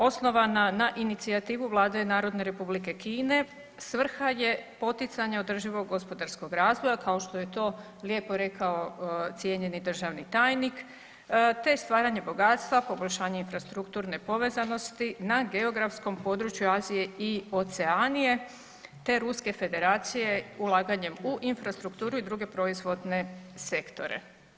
Osnovana na inicijativu Vlade Narodne Republike Kine, svrha je poticanje održivog gospodarskog razvoja, kao što je to lijepo rekao cijenjeni državni tajnik te stvaranje bogatstva, poboljšanje infrastrukturne povezanosti na geografskom području Azije i Oceanije te Ruske Federacije ulaganjem u infrastrukturu i druge proizvodne sektore.